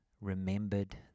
remembered